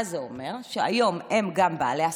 הווה אומר שהיום הם גם בעלי הספינות,